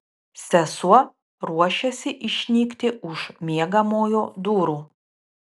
sesuo ruošėsi išnykti už miegamojo durų